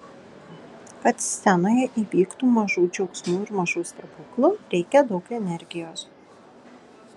kad scenoje įvyktų mažų džiaugsmų ir mažų stebuklų reikia daug energijos